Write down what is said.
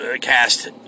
Cast